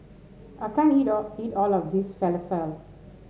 I can't eat all eat all of this Falafel